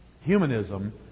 Humanism